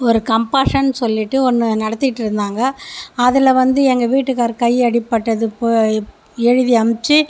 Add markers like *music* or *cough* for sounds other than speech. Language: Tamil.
ஒரு கம்ப்பார்சன் சொல்லிட்டு ஒன்று நடத்திகிட்டு இருந்தாங்க அதில் வந்து எங்கள் வீட்டுக்கார் கை அடிப்பட்டது *unintelligible* எழுதி அமிச்சு